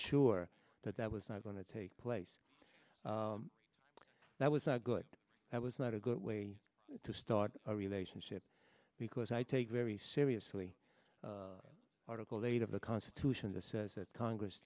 sure that that was not going to take place that was not good that was not a good way to start a relationship because i take very seriously article eight of the constitution that says that congress